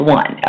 one